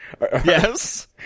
yes